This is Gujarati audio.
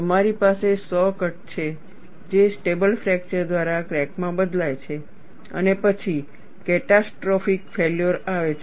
તમારી પાસે સો કટ છે જે સ્ટેબલ ફ્રેકચર દ્વારા ક્રેકમાં બદલાય છે અને પછી કેટાસ્ટ્રોફીક ફેલ્યોર આવે છે